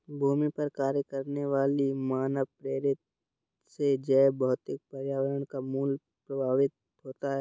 भूमि पर कार्य करने वाली मानवप्रेरित से जैवभौतिक पर्यावरण का मूल्य प्रभावित होता है